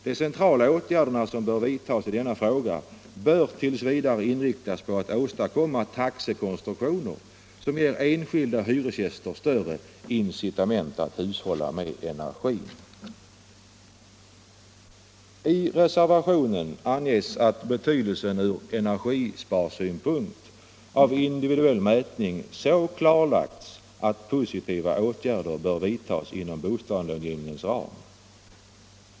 De centrala åtgärder som bör vidtas i denna fråga bör tills vidare inriktas på att åstadkomma taxekonstruktioner som ger enskilda hyresgäster större incitament att hushålla med energin.” I reservationen anges att betydelsen ur energisparsynpunkt av individuell mätning har så klarlagts att positiva åtgärder bör vidtagas inom bostadslånegivningens ram.